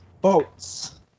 Boats